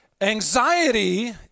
Anxiety